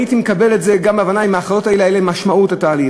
גם הייתי מקבל את זה בהבנה אם ההכרזות האלה הייתה להן משמעות לתהליך,